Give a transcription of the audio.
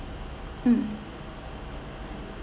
mm